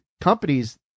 companies